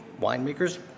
winemakers